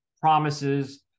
promises